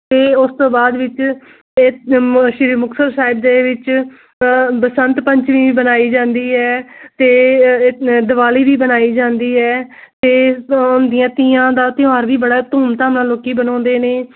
ਤੇ ਉਸ ਤੋਂ ਬਾਅਦ ਵਿੱਚ ਤੇ ਸ਼੍ਰੀ ਮੁਕਤਸਰ ਸਾਹਿਬ ਦੇ ਵਿੱਚ ਬਸੰਤ ਪੰਚਮੀ ਵੀ ਮਨਾਈ ਜਾਂਦੀ ਹੈ ਤੇ ਦਿਵਾਲੀ ਦੀ ਮਨਾਈ ਜਾਂਦੀ ਹੈ ਤੇ ਤੀਆਂ ਦਾ ਤਿਉਹਾਰ ਵੀ ਬੜਾ ਧੂਮ ਧਾਮ ਨਾਲ ਲੋਕੀ ਬਣਾਉਂਦੇ ਨੇ